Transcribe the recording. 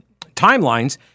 timelines